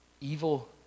Evil